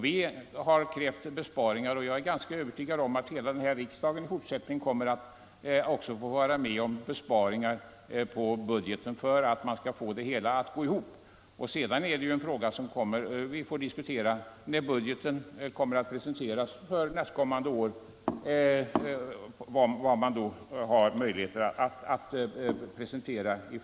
Vi har krävt besparingar och jag är övertygad om att hela denna riksdag i fortsättningen kommer att få vara med om besparingar på budgeten för att man skall få det hela att gå ihop. Vi får diskutera olika möjligheter när budgeten för nästkommande år presenteras.